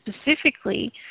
specifically